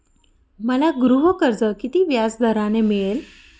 मला गृहकर्ज किती व्याजदराने मिळेल?